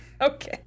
Okay